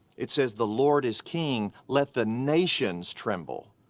it says the lord is king, let the nations tremble.